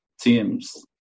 teams